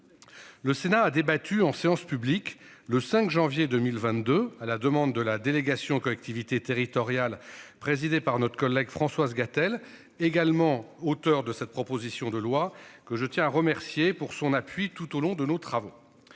Le Sénat a débattu en séance publique le 5 janvier 2022 à la demande de la délégation aux collectivités territoriales, présidée par notre collègue Françoise Gatel, également auteur de cette proposition de loi que je tiens à remercier pour son appui tout au long de nos travaux.